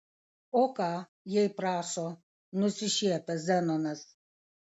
o ką jei prašo nusišiepia zenonas